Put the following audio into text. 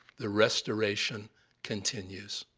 the restoration continues.